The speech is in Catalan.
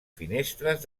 finestres